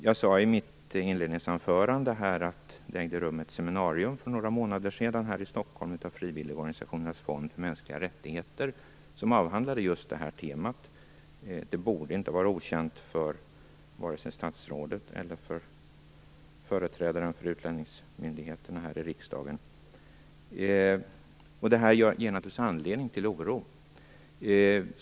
Jag sade i mitt inledningsanförande att det ägde rum ett seminarium för några månader sedan här Stockholm, ordnat av Frivilligorganisationernas Fond för Mänskliga Rättigheter, som avhandlade just detta tema. Detta borde inte vara okänt för vare sig statsrådet eller företrädaren för utlänningsmyndigheterna här i riksdagen. Detta ger oss naturligtvis anledning till oro.